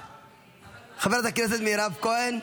חברת הכנסת מירב כהן,